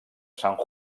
san